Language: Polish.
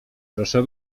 proszę